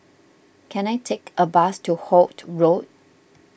can I take a bus to Holt Road